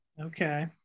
Okay